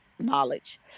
knowledge